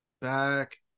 back